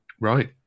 Right